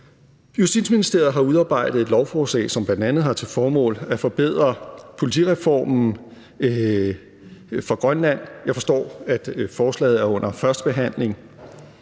Justitsministeriet har udarbejdet et lovforslag, som bla. har til formål at forbedre politireformen for Grønland. Jeg forstår, at forslaget er under første behandling.